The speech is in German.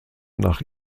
nach